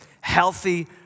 healthy